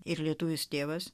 ir lietuvis tėvas